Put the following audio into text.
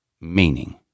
meaning